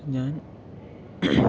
ഞാൻ